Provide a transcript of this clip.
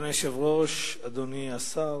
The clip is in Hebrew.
אדוני היושב-ראש, אדוני השר,